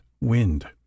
Wind